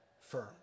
firm